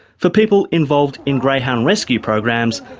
for people involved in greyhound rescue programs,